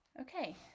Okay